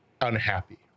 unhappy